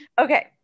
Okay